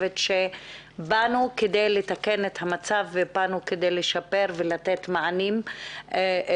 אך אנו באנו על מנת לשפר את המצב ולתת מענה לכל.